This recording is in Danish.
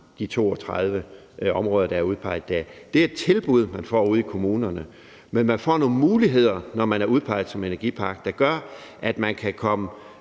de 32 områder, der er udpeget der. Det er et tilbud, man får ude i kommunerne. Men man får nogle muligheder, når man er udpeget som energipark, der gør, at man